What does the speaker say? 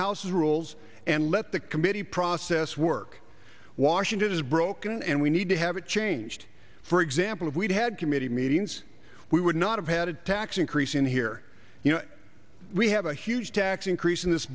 house rules and let the committee process work washington is broken and we need to have it changed for example if we'd had committee meetings we would not have had a tax increase in here you know we have a huge tax increase in this